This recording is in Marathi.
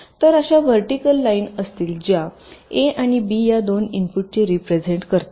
तर अशा व्हर्टिकल लाईन असतील ज्या ए आणि बी या दोन इनपुटचे रिप्रेझेन्ट करतील